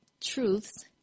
truths